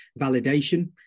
validation